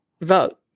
vote